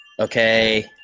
Okay